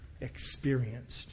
experienced